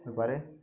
କିପରି